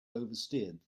oversteered